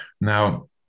Now